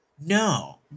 no